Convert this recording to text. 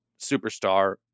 superstar